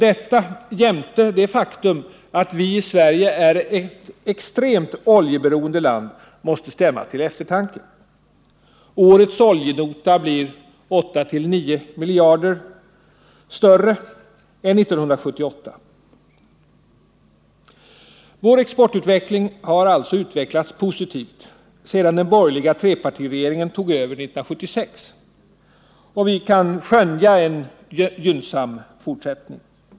Detta, jämte det faktum att Sverige är ett extremt oljeberoende land, måste stämma till eftertanke. Årets oljenota blir 8-9 miljarder större än 1978 års. Vår exportutveckling har alltså varit positiv sedan den borgerliga trepartiregeringen tog över 1976, och vi kan skönja en gynnsam fortsättning.